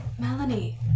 Melanie